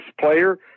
player